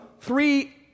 three